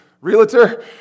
realtor